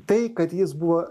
tai kad jis buvo